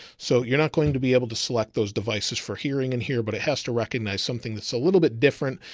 so you're not going to be able to select those devices for hearing in here, but it has to recognize something that's a little bit different,